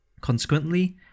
Consequently